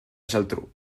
geltrú